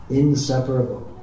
inseparable